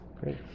Great